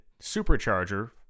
supercharger